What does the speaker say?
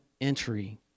entry